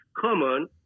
common